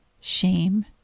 shame